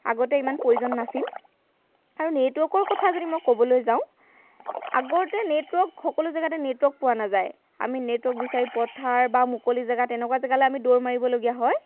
আগতে ইমান প্ৰয়োজন নাছিল আৰু নেটৱৰ্কৰ কথা যদি মই ক'বলৈ যাওঁ আগতে নেটৱৰ্ক সকলো জেগাতে নেটৱৰ্ক পোৱা নাযায় আমি নেটৱৰ্ক বিচাৰি পথাৰ বা মুকলি জেগা তেনেকুৱা জেগালৈ আমি দৌৰ মাৰিবলগীয়া হয়